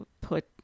put